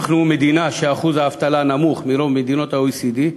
אנחנו מדינה שאחוז האבטלה בה נמוך מברוב מדינות ה-OECD,